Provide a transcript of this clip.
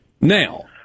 Now